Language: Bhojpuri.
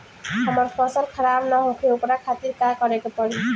हमर फसल खराब न होखे ओकरा खातिर का करे के परी?